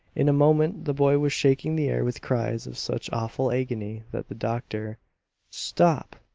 in a moment the boy was shaking the air with cries of such awful agony that the doctor stop!